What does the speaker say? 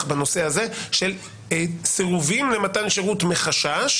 בנושא הזה של סירובים למתן שירות מחשש,